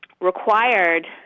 required